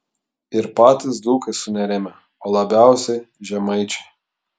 ir patys dzūkai sunerimę o labiausiai žemaičiai